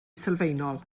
sylfaenol